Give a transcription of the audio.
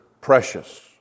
precious